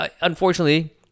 unfortunately